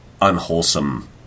unwholesome